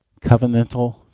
covenantal